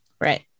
Right